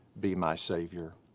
be my savior.